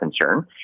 concern